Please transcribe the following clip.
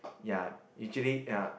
ya usually ya